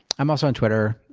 i'm also on twitter.